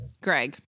Greg